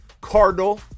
Cardinal